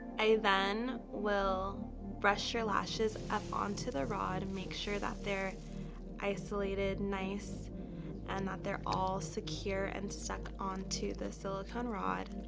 i then will brush your lashes up onto the rod and make sure that they're isolated nice and that they're all secure and stuck onto the silicone rod.